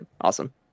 awesome